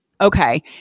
okay